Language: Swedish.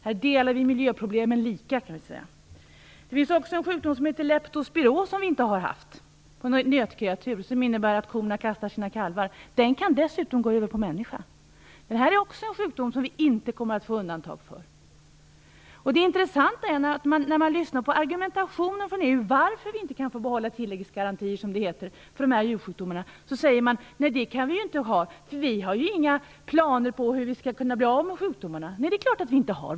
Här delar vi miljöproblemen lika, kan man säga. Det finns vidare en sjukdom på nötkreatur som heter leptospiros som vi inte har haft. Den innebär att korna kastar sina kalvar. Den kan dessutom gå över på människa. Det är också en sjukdom som vi inte kommer att få undantag för. Det är intressant att lyssna på argumentationen från EU för varför vi inte kan få behålla tilläggsgarantier, som det heter, för de här djursjukdomarna. Man säger: Nej, det kan vi ju inte ha, för ni har ju inga planer på hur vi skall kunna bli av med sjukdomarna. - Det är klart att vi inte har!